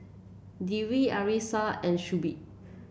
Dwi Arissa and Shuib